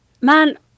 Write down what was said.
Man